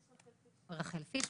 רחל פיש,